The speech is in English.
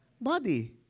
body